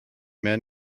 men